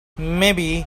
maybe